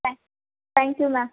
thank thank you ma'am